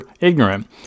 ignorant